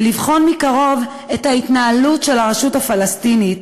ולבחון מקרוב את ההתנהלות של הרשות הפלסטינית,